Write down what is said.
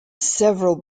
several